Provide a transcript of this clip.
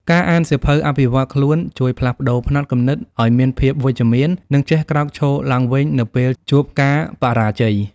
ការអានសៀវភៅអភិវឌ្ឍខ្លួនជួយផ្លាស់ប្តូរផ្នត់គំនិត ឱ្យមានភាពវិជ្ជមាន និងចេះក្រោកឈរឡើងវិញនៅពេលជួបការបរាជ័យ។